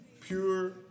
pure